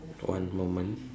one moment